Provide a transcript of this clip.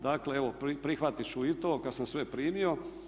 Dakle evo prihvatit ću i to, kad sam sve primio.